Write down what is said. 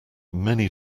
many